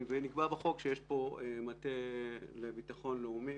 נקבע בחוק שיש פה מטה לביטחון לאומי,